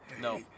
No